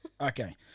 okay